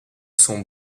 sont